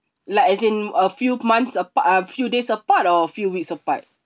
like as in a few months apart uh few days apart or few weeks apart